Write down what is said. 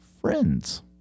friends